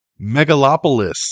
Megalopolis